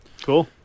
Cool